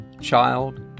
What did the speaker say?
child